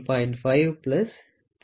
005 3